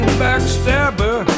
backstabber